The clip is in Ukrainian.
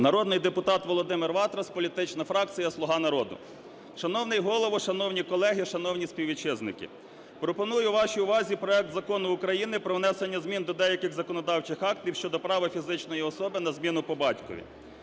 Народний депутат Володимир Ватрас, політична фракція "Слуга народу". Шановний Голово, шановні колеги, шановні співвітчизники, пропоную вашій увазі проект Закону України про внесення змін до деяких законодавчих актів щодо права фізичної особи на зміну по батькові.